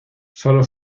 sólo